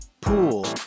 Pool